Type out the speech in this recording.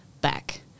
back